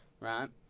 Right